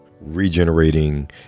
regenerating